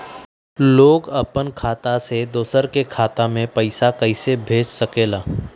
लोग अपन खाता से दोसर के खाता में पैसा कइसे भेज सकेला?